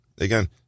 Again